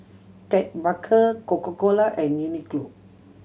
Ted Baker Coca Cola and Uniqlo